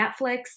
Netflix